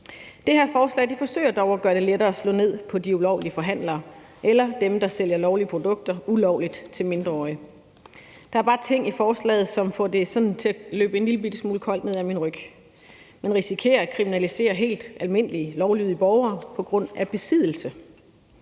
forsøger dog at gøre det lettere at slå ned på de ulovlige forhandlere eller dem, der sælger lovlige produkter ulovligt til mindreårige. Der er bare ting i forslaget, som sådan får det til at løbe en lillebitte smule koldt ned ad min ryg. Man risikerer at kriminalisere helt almindelige lovlydige borgere på grund af besiddelse.